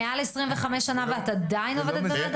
מעל 25 שנה ואת עדיין עובדת במד"א?